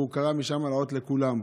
והוא קרא משם לכולם לעלות.